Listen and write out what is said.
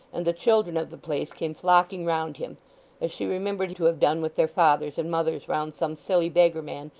and the children of the place came flocking round him as she remembered to have done with their fathers and mothers round some silly beggarman,